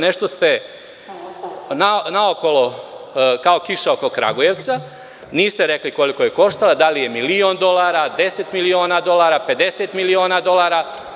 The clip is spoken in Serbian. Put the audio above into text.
Nešto ste naokolo, kao kiša oko Kragujevca, niste rekli koliko je koštala, da li je milion dolara, 10 miliona dolara, 50 miliona dolara.